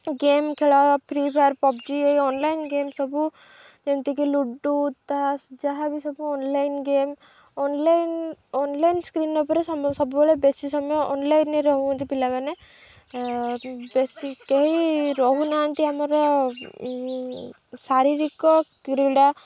game ଖେଳ Free Fire PUBG ଏଇ online game ସବୁ ଯେମିତିକି ଲୁଡ଼ୁ ତାସ୍ ଯାହା ବିି ସବୁ online game online online screen ଉପରେ ସବୁବେଳେ ବେଶୀ ସମୟ ଅନଲାଇନ୍ରେ ରହୁନ୍ତି ପିଲାମାନେ ବେଶୀ କେହି ରହୁନାହାନ୍ତି ଆମର ଶାରୀରିକ କ୍ରୀଡ଼ା